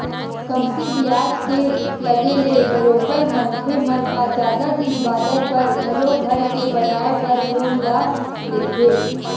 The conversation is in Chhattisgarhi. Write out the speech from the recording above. कमती बियाज के लगे ले बरोबर मनखे मन ह जादा दिन बादर बर घलो घर के बनाए बर लोन ल लेथे